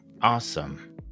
Awesome